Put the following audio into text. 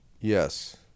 Yes